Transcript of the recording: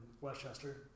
westchester